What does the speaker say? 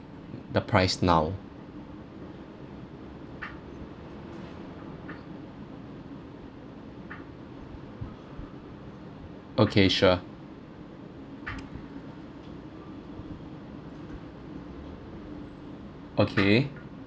the price now okay sure okay